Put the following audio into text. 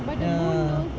ya